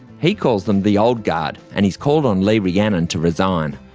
he calls them the old guard, and he's called on lee rhiannon to resign.